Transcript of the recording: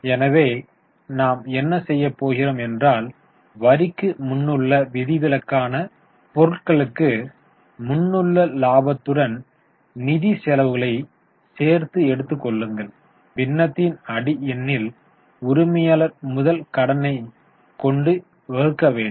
எனவே நாம் என்ன செய்ய போகிறோம் என்றால் வரிக்கு முன்னுள்ள விதிவிலக்கான பொருட்களுக்கு முன்னுள்ள லாபத்துடன் நிதிச் செலவுகளை சேர்த்து எடுத்துக் கொள்ளுங்கள் பின்னத்தின் அடி எண்ணில் உரிமையாளர் முதல் கடனை கொண்டு வகுக்க வேண்டும்